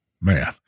Man